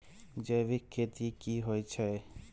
जैविक खेती की होए छै?